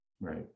Right